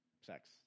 sex